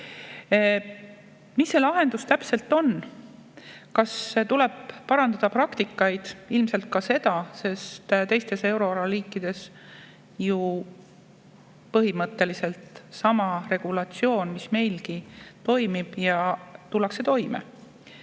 Mis see lahendus täpselt on? Kas tuleb parandada praktikaid? Ilmselt ka seda, sest teistes euroala riikides on ju põhimõtteliselt sama regulatsioon, mis meilgi, ja see toimib.